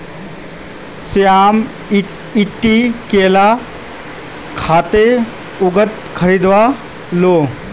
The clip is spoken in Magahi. श्याम ईटी केला कत्ते भाउत खरीद लो